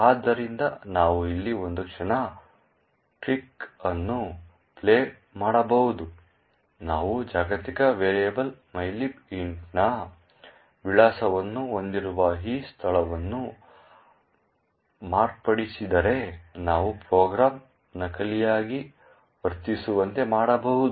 ಆದ್ದರಿಂದ ನಾವು ಇಲ್ಲಿ ಒಂದು ಸಣ್ಣ ಟ್ರಿಕ್ ಅನ್ನು ಪ್ಲೇ ಮಾಡಬಹುದು ನಾವು ಜಾಗತಿಕ ವೇರಿಯಬಲ್ mylib int ನ ವಿಳಾಸವನ್ನು ಹೊಂದಿರುವ ಈ ಸ್ಥಳವನ್ನು ಮಾರ್ಪಡಿಸಿದರೆ ನಾವು ಪ್ರೋಗ್ರಾಂ ನಕಲಿಯಾಗಿ ವರ್ತಿಸುವಂತೆ ಮಾಡಬಹುದು